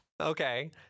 Okay